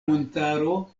montaro